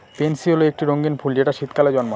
pansy হল একটি রঙ্গীন ফুল যেটা শীতকালে জন্মায়